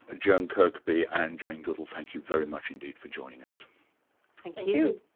ah joan kirkby and jane goodall, thank you very much indeed for joining us. thank you.